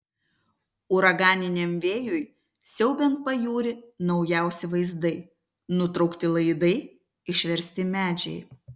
uraganiniam vėjui siaubiant pajūrį naujausi vaizdai nutraukti laidai išversti medžiai